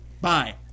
Bye